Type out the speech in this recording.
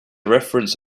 reference